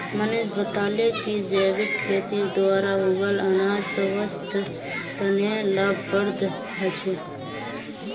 मनीष बताले कि जैविक खेतीर द्वारा उगाल अनाज स्वास्थ्य तने लाभप्रद ह छे